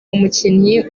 umukinnyi